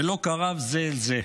ולא קרב זה אל זה.